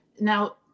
now